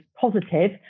positive